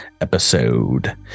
episode